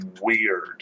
weird